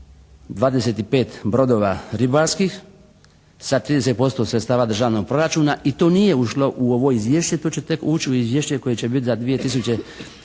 25 brodova ribarskih sa 30% sredstava državnog proračuna i to nije ušlo u ovo izvješće to će tek ući u izvješće koje će biti za 2006.